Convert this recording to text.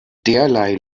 derlei